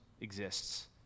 exists